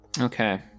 Okay